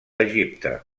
egipte